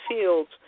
fields